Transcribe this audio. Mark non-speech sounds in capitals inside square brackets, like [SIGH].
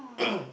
[COUGHS]